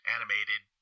Animated